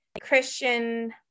Christian